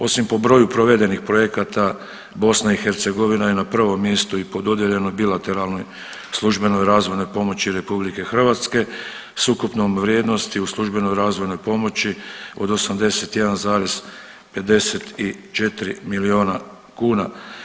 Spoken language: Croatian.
Osim po broju provedenih projekata BiH je na prvom mjestu i po dodijeljenoj bilateralnoj službenoj razvojnoj pomoći RH s ukupnom vrijednosti u službenoj razvojnoj pomoći od 81,54 miliona kuna.